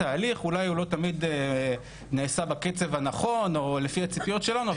אולי הוא לא תמיד נעשה בקצב הנכון או לפי הציפיות שלנו,